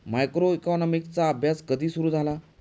मायक्रोइकॉनॉमिक्सचा अभ्यास कधी सुरु झाला?